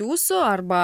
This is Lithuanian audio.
jūsų arba